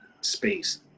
space